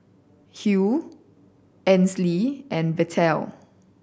Hugh Ainsley and Bettye